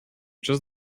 just